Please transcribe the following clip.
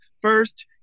First